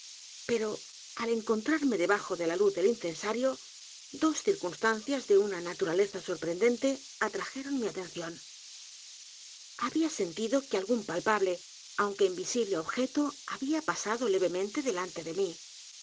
pero al encontrarme debajo de la luz del incensario dos circunstancias de una naturaleza sorprendente atrajeron mi atención había sentido que algún palpable aunque invisible objeto había pasado levemente delante de m